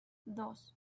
dos